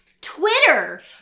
Twitter